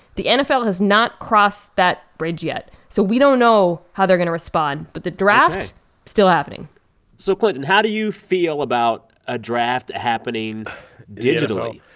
the nfl has not crossed that bridge yet, so we don't know how they're going to respond ok but the draft still happening so, clinton, how do you feel about a draft happening digitally?